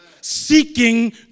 seeking